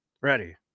Ready